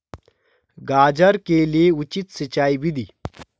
गाजर के लिए उचित सिंचाई विधि?